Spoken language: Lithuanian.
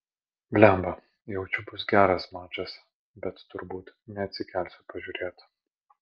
blemba jaučiu bus geras mačas bet turbūt neatsikelsiu pažiūrėt